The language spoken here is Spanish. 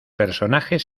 personajes